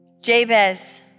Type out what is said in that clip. Jabez